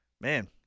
man